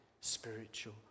spiritual